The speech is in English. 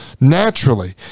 naturally